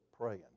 praying